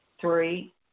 Three